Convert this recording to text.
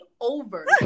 over